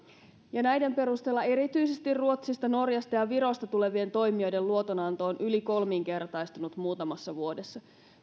näiden perusteella erityisesti ruotsista norjasta ja virosta tulevien toimijoiden luotonanto on yli kolminkertaistunut muutamassa vuodessa